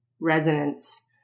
resonance